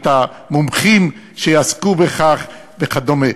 את המומחים שיעסקו בכך וכדומה.